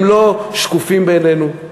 הם לא שקופים בעינינו,